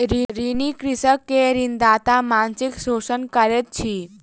ऋणी कृषक के ऋणदाता मानसिक शोषण करैत अछि